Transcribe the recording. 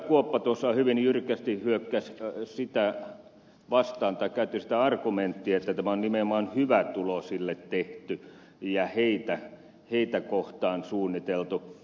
kuoppa tuossa hyvin jyrkästi hyökkäsi sitä vastaan tai käytti sitä argumenttia että tämä on nimenomaan hyvätuloisille tehty ja heille suunniteltu